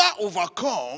overcome